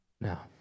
Now